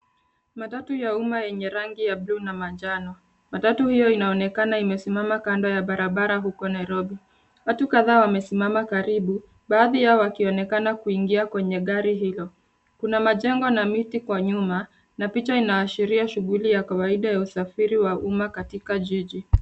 Matatu ya umma yenye rangi ya bluu na manjano. Matatu hiyo inaonekana imesimama kando ya barabara huko Nairobi. Watu kadhaa wamesimama karibu baadhi yao wakionekana kuingia kwenye gari hilo. Kuna majengo na miti kwa nyuma na picha inaashiria shughuli ya kawaida ya usafiri wa umma katika jiji.